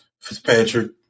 Fitzpatrick